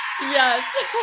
Yes